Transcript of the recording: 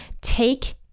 Take